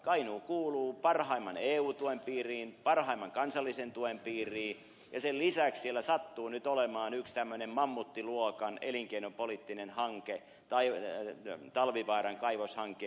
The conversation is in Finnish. kainuu kuuluu parhaimman eu tuen piiriin parhaimman kansallisen tuen piiriin ja sen lisäksi siellä sattuu nyt olemaan yksi tämmöinen mammuttiluokan elinkeinopoliittinen hanke talvivaaran kaivoshanke